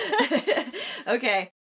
Okay